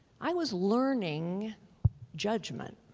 i was learning judgment,